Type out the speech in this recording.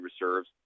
reserves